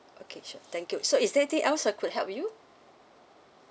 okay sure thank you so is there anything else I could help you